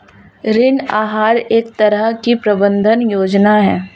ऋण आहार एक तरह की प्रबन्धन योजना है